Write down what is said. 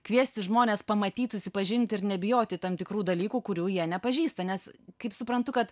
kviesti žmones pamatyti susipažinti ir nebijoti tam tikrų dalykų kurių jie nepažįsta nes kaip suprantu kad